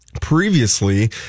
previously